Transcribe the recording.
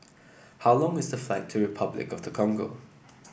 how long is the flight to Repuclic of the Congo